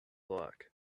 luck